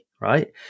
right